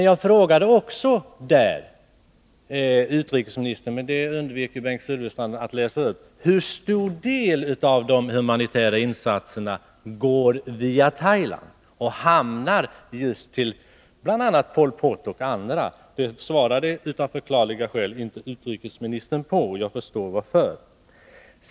Jag frågade också i den nämnda debatten — det undvek Bengt Silfverstrand att läsa upp — hur stor del av de humanitära insatserna som går via Thailand och hamnar bl.a. just hos Pol Pot och andra. Det svarade av förklarliga skäl utrikesministern inte på. Jag förstår varför.